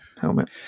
helmet